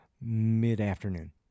mid-afternoon